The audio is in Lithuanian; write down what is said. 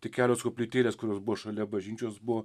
tik kelios koplytėlės kurios buvo šalia bažnyčios buvo